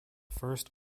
first